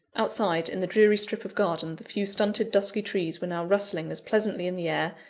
outside, in the dreary strip of garden, the few stunted, dusky trees were now rustling as pleasantly in the air,